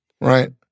Right